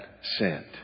sent